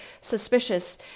suspicious